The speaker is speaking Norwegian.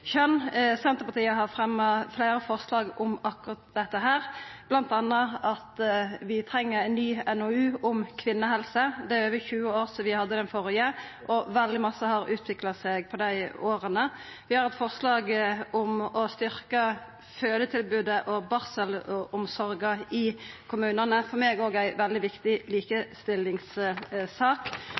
kjønn. Senterpartiet har fremja fleire forslag om akkurat dette, bl.a. at vi treng ein ny NOU om kvinnehelse. Det er over 20 år sidan vi hadde den førre. Veldig mykje har utvikla seg på dei åra. Vi har eit forslag om å styrkja fødetilbodet og barselomsorga i kommunane – for meg òg ei veldig viktig likestillingssak.